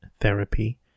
Therapy